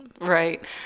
Right